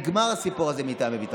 נגמר הסיפור הזה של "מטעמי ביטחון".